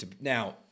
Now